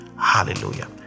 Hallelujah